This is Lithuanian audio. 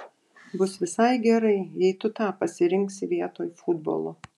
bus visai gerai jei tu tą pasirinksi vietoj futbolo